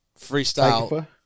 freestyle